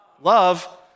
love